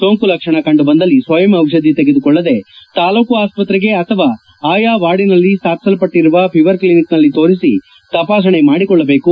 ಸೋಂಕು ಲಕ್ಷಣ ಕಂಡು ಬಂದಲ್ಲಿ ಸ್ವಯಂ ತೆಗೆದುಕೊಳ್ಳದೇ ತಾಲೂಕು ಆಸ್ಪತ್ತೆಗೆ ಅಥವಾ ಆಯಾ ವಾರ್ಡಿನಲ್ಲಿ ಸ್ವಾಪಿಸಲ್ಪಟ್ಟರುವ ಫಿವರ್ಕ್ಷಿನಿಕ್ನಲ್ಲಿ ತೋರಿಸಿ ತಪಾಸಣೆ ಮಾಡಿಕೊಳ್ಳಬೇಕು